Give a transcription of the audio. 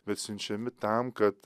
bet siunčiami tam kad